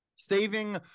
Saving